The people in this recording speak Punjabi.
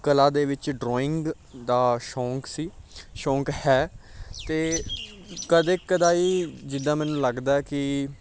ਕਲਾ ਦੇ ਵਿੱਚ ਡਰਾਇੰਗ ਦਾ ਸ਼ੌਕ ਸੀ ਸ਼ੌਕ ਹੈ ਅਤੇ ਕਦੇ ਕਦਾਈਂ ਜਿੱਦਾਂ ਮੈਨੂੰ ਲੱਗਦਾ ਕਿ